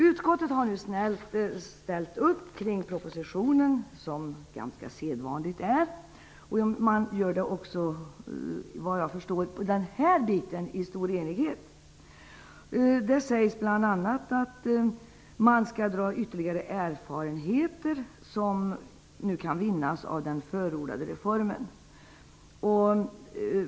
Utskottet har nu snällt ställt upp bakom propositionen, som sedvanligt är. Såvitt jag förstår sker det vad gäller den här delen i stor enighet. Utskottet säger bl.a. att ytterligare erfarenheter nu kan vinnas av den förordade reformen.